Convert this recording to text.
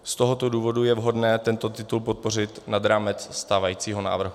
Z tohoto důvodu je vhodné tento titul podpořit nad rámec stávajícího návrhu.